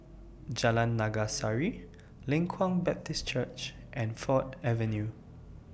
Jalan Naga Sari Leng Kwang Baptist Church and Ford Avenue